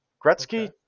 Gretzky